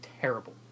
terrible